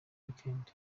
weekend